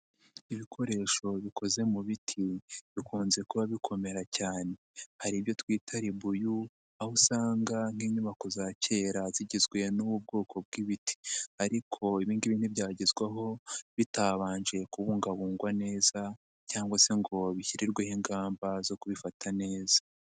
Ibikoresho bikoze mu biti, bikunze kuba bikomera cyane. Hari ibyo twita Ribuyu aho usanga nk'inyubako za kera zigizwe n'ubu bwoko bw'ibiti. Ariko ibi ngibi ntibyagezwaho bitabanje kubungabungwa neza, cyangwa se ngo bishyirirweho ingamba zo kubifata neza.